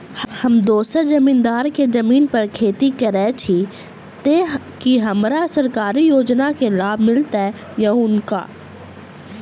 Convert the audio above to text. हम दोसर जमींदार केँ जमीन पर खेती करै छी तऽ की हमरा सरकारी योजना केँ लाभ मीलतय या हुनका?